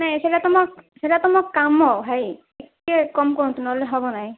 ନାଇଁ ସେଇଟା ତମ ସେଇଟା ତମ କାମ ଭାଇ ଟିକେ କମ୍ କରନ୍ତୁ ନହେଲେ ହେବନାଇଁ